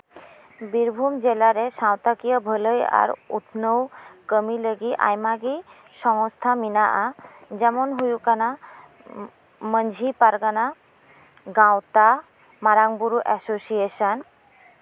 ᱵᱤᱨᱵᱷᱩᱢ ᱡᱮᱞᱟ ᱨᱮ ᱥᱟᱶᱛᱟ ᱠᱤᱭᱟᱹ ᱵᱷᱟᱹᱞᱟᱹᱭ ᱟᱨ ᱩᱛᱱᱟᱹᱣ ᱠᱟᱹᱢᱤ ᱞᱟᱹᱜᱤᱫ ᱟᱭᱢᱟ ᱜᱮ ᱥᱚᱝᱚᱥᱛᱷᱟ ᱢᱮᱱᱟᱜᱼᱟ ᱡᱮᱢᱚᱱ ᱦᱩᱭᱩᱜ ᱠᱟᱱᱟ ᱢᱟᱹᱡᱷᱤ ᱯᱟᱨᱜᱟᱱᱟ ᱜᱟᱶᱛᱟ ᱢᱟᱨᱟᱝ ᱵᱩᱨᱩ ᱮᱥᱳᱥᱤᱭᱮᱱ